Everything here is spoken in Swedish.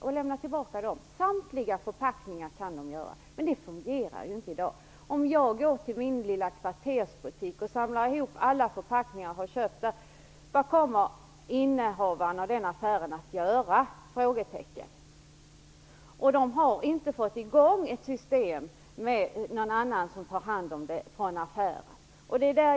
Det fungerar inte i dag. Tänk om jag skulle gå till min lilla kvartersbutik med alla förpackningar jag har köpt där. Vad kommer innehavaren av affären då att göra? Affärerna har inte fått i gång ett system med någon som tar hand om förpackningarna.